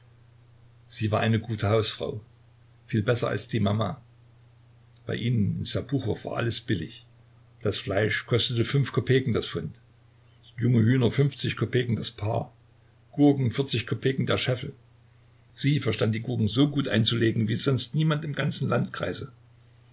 sie war eine gute hausfrau viel besser als die mama bei ihnen in sserpuchow ist alles billig das fleisch kostet fünf kopeken das pfund junge hühner fünfzig kopeken das paar gurken vierzig kopeken der scheffel sie verstand die gurken so gut einzulegen wie sonst niemand im ganzen landkreise